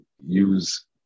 use